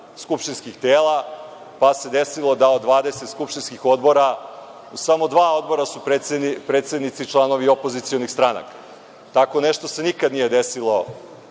skupštinskih tela, pa se desilo da od 20 skupštinskih odbora u samo dva odbora su predsednici članovi opozicionih stranaka. Tako nešto se nikada nije desilo